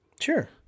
Sure